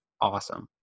awesome